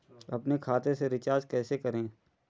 अपने खाते से रिचार्ज कैसे करें?